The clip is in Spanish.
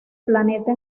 planeta